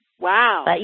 Wow